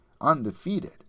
undefeated